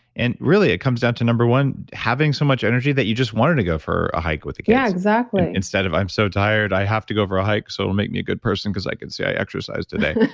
and really it comes down to number one, having so much energy that you just wanted to go for a hike with the kids yeah, exactly instead of, i'm so tired, i have to go for a hike so it'll make me a good person because i can say i exercised today.